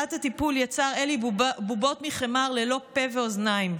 בתחילת הטיפול יצר אלי בובות מחמר ללא פה ואוזניים,